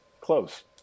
close